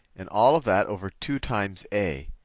and all of that over two times a.